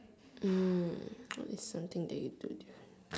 hmm what is something that you do differently